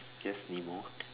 yes nemo